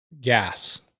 gas